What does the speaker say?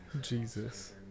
Jesus